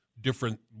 different